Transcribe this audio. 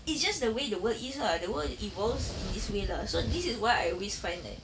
it's just the way the world is ah the world evolves in this way lah so this is why I always find that